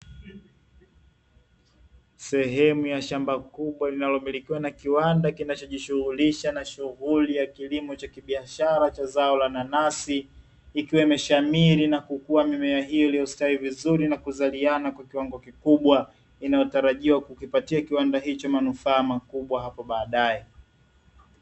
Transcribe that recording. Sehemu ya shamba kubwa linalomilikiwa na kiwanda kinachojishughulisha na shunguli ya kilimo cha kibiashara cha zao la nanasi, ikiwa imeshamiri na kukua mimea hiyo iliyostawi vizuri na kuzaliana kwa kiwango kikubwa na inayotarajia kukipatia kiwanda hicho manufaa makubwa hapo baadae .